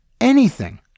Anything